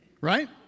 Right